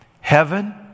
Heaven